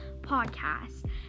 podcast